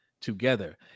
together